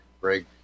Greg